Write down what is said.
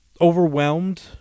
Overwhelmed